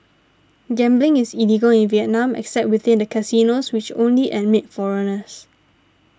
gambling is illegal in Vietnam except within the casinos which only admit foreigners